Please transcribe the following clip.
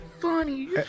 funny